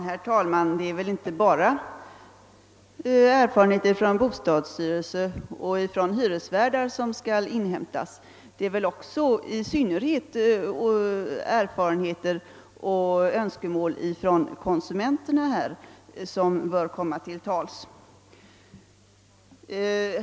Herr talman! Det är väl inte bara erfarenheter från bostadsstyrelsen och hyresvärdarna som bör inhämtas. Man bör väl inte minst ta hänsyn till konsumenternas erfarenheter och önskemål.